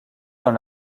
dans